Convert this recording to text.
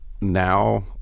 now